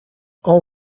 all